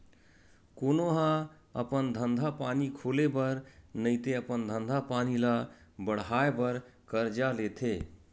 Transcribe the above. कोनो ह अपन धंधा पानी खोले बर नइते अपन धंधा पानी ल बड़हाय बर करजा लेथे